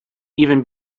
even